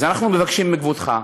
אז אנחנו מבקשים מכבודך,